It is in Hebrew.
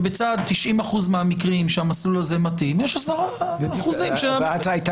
ובצד 90% מהמקרים שהמסלול הזה מתאים יש 10% שלא,